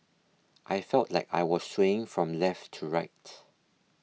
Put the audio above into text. I felt like I was swaying from left to right